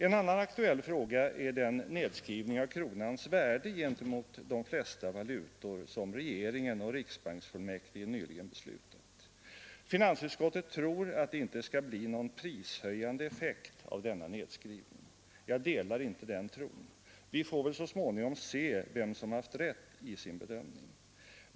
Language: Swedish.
En annan aktuell fråga är den nedskrivning av kronans värde gentemot de flesta valutor som regeringen och riksbanksfullmäktige nyligen beslutat. Finansutskottet tror att det inte skall bli någon prishöjande effekt av denna nedskrivning. Jag delar inte den tron. Vi får väl så småningom se vem som haft rätt i sin bedömning.